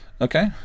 Okay